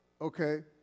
okay